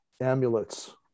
amulets